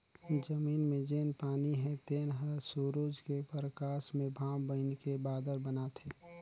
जमीन मे जेन पानी हे तेन हर सुरूज के परकास मे भांप बइनके बादर बनाथे